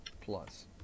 plus